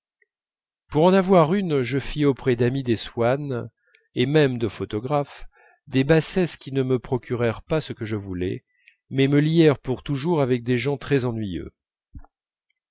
pour en avoir une je fis auprès d'amis des swann et même de photographes des bassesses qui ne me procurèrent pas ce que je voulais mais me lièrent pour toujours avec des gens très ennuyeux